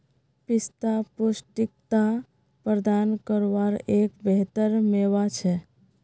पिस्ता पौष्टिकता प्रदान कारवार एक बेहतर मेवा छे